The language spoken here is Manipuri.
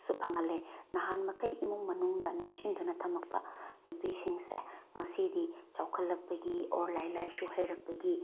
ꯁꯨ ꯐꯪꯍꯜꯂꯦ ꯅꯍꯥꯟ ꯃꯈꯩ ꯏꯃꯨꯡ ꯃꯅꯨꯡꯗ ꯅꯝꯁꯤꯟꯗꯨꯅ ꯊꯝꯃꯛꯄ ꯅꯨꯄꯤꯁꯤꯡꯁꯦ ꯉꯁꯤꯗꯤ ꯆꯥꯎꯈꯠꯂꯛꯄꯒꯤ ꯑꯣꯔ ꯂꯥꯏꯔꯤꯛ ꯂꯥꯏꯁꯨ ꯍꯩꯔꯛꯄꯒꯤ